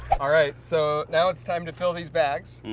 all right, so now it's time to fill these bags.